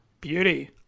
Beauty